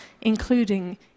including